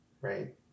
right